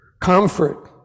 comfort